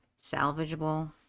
salvageable